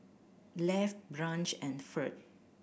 Lafe Branch and Ferd